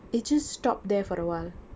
it just stop there for awhile